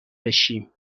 بشیم